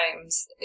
times